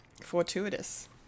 fortuitous